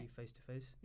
face-to-face